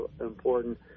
important